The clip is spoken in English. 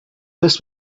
this